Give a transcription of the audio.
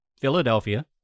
Philadelphia